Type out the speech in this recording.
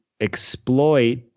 exploit